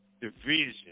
division